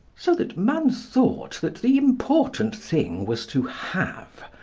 so that man thought that the important thing was to have,